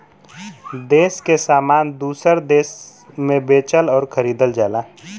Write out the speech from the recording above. देस के सामान दूसर देस मे बेचल अउर खरीदल जाला